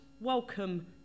welcome